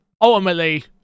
Ultimately